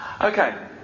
Okay